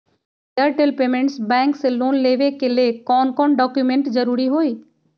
Airtel payments bank से loan लेवे के ले कौन कौन डॉक्यूमेंट जरुरी होइ?